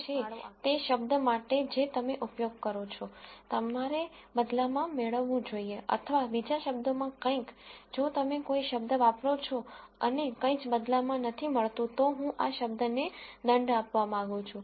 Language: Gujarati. તેથી કોઈ કહી શકે છે તે દરેક શબ્દ માટે જે તમે ઉપયોગ કરો છો તમારે બદલામાં મેળવવું જોઈએ અથવા બીજા શબ્દોમાં કંઇક જો તમે કોઈ શબ્દ વાપરો છો અને કંઈ જ બદલામાં નથી મળતું તો હું આ શબ્દને દંડ આપવા માંગું છું